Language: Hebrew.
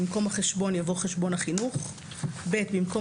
במקום "החשבון" יבוא "חשבון החינוך"; במקום